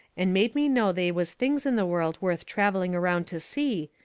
and made me know they was things in the world worth travelling around to see,